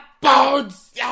bones